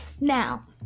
now